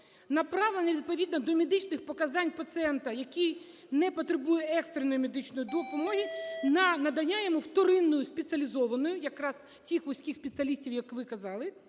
направлення відповідно до медичних показань пацієнта, який не потребує екстреної медичної допомоги, на надання йому вторинної спеціалізованої (якраз тих вузьких спеціалістів, як ви казали)